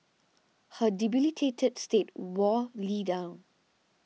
her debilitated state wore Lee down